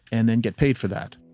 and then get paid for that,